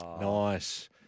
Nice